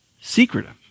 secretive